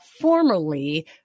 formerly